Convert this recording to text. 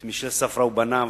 ואת "מישל ספרא ובניו",